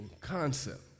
concept